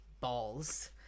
balls